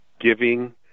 giving